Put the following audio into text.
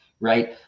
Right